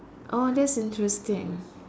oh that's interesting